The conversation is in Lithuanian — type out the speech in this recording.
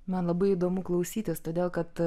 man labai įdomu klausytis todėl kad